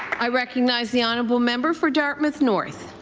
i recognize the honourable member for dartmouth north.